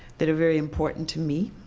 that are very important to me.